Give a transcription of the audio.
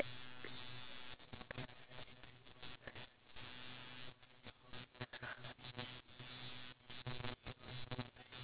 retire given the um what do you call it the age thingy